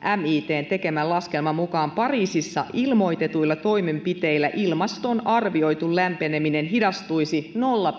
mitn tekemän laskelman mukaan pariisissa ilmoitetuilla toimenpiteillä ilmaston arvioitu lämpeneminen hidastuisi nolla